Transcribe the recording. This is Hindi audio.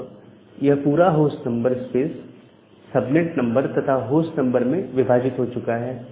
अब यह पूरा host number space subnet number तथा होस्ट नंबर में विभाजित हो चुका है